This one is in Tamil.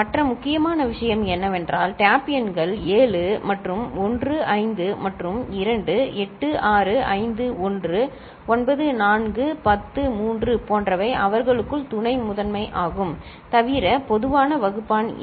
மற்ற முக்கியமான விஷயம் என்னவென்றால் டேப் எண்கள் 7 மற்றும் 1 5 மற்றும் 2 8 6 5 1 9 4 10 3 போன்றவை அவர்களுக்குள் துணைமுதன்மை ஆகும் தவிர பொதுவான வகுப்பான் இல்லை